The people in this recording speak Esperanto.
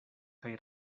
kaj